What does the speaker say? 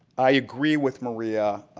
i agree with maria,